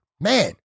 man